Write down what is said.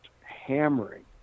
hammering